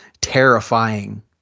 terrifying